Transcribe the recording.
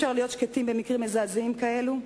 האם אפשר להיות שקטים במקרים מזעזעים כאלה?